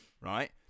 right